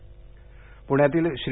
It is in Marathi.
साईबाबा पालखीः प्ण्यातील श्री